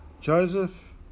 Joseph